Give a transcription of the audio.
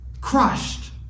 Crushed